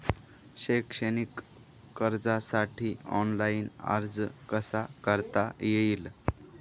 शैक्षणिक कर्जासाठी ऑनलाईन अर्ज कसा करता येईल?